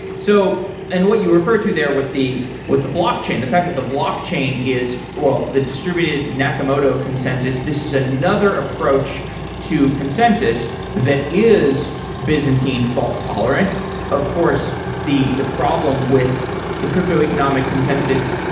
so and what you referred to there with the with the blockchain, the fact that the blockchain is well, the distributed nakamoto consensus, this is another approach to consensus that is byzantine fault-tolerant. of course, the the problem with the crypto economic consensus,